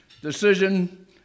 decision